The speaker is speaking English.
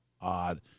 odd